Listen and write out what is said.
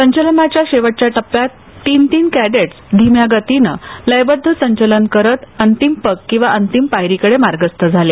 संचलनाच्या शेवटच्या टप्प्यात तीन तीन कॅडेट्स धीम्या गतीने लयबद्ध संचलन करत अंतिम पग किंवा अंतिम पायरी कडे मार्गस्त झाले